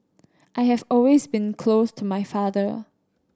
I have always been close to my father